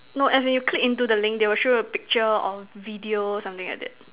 no as in you click into the link there will show you a picture or video something like that